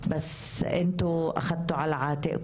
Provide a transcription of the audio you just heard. הישיבה ננעלה בשעה